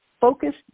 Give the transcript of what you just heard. focused